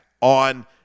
on